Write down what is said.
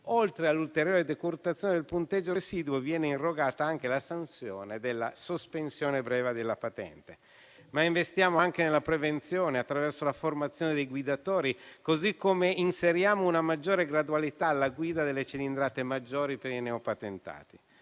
oltre all'ulteriore decurtazione del punteggio residuo viene irrogata anche la sanzione della sospensione breve della patente. Ma investiamo anche nella prevenzione, attraverso la formazione dei guidatori, così come inseriamo una maggiore gradualità alla guida delle cilindrate maggiori per i neopatentati.